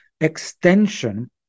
extension